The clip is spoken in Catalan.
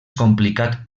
complicat